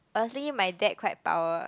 firstly my dad quite power